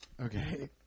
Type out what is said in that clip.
okay